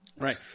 Right